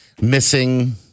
Missing